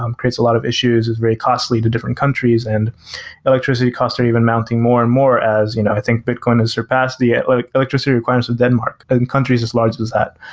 um creates a lot of issues, is very costly to different countries and electricity costs are even mounting more and more, as you know i think bitcoin has surpassed the like electricity requirements of denmark and countries as large as that.